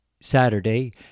Saturday